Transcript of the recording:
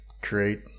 create